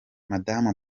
madamu